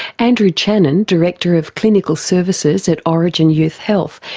andrew channen, director of clinical services at orygen youth health,